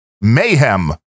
mayhem